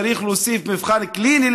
צריך לעשות מבחן קליני,